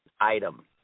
item